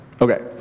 Okay